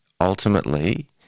ultimately